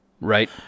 right